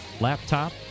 laptop